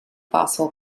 fossil